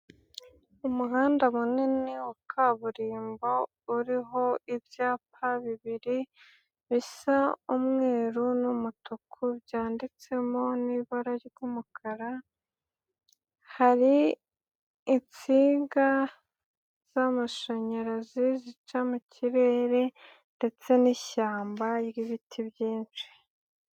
Umuhanda munini wa kaburimbo uriho ibyapa bibiri bisa umweru n'umutuku byanditsemo n'ibara ry'umukara, hari insinga z'amashanyarazi zica mu kirere ndetse n'ishyamba ry'ibiti byinshi.